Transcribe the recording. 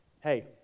hey